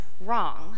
wrong